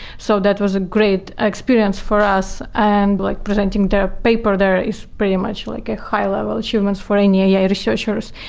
so that was a great experience for us and like presenting the paper there is pretty much like a high-level achievement for any ai researchers.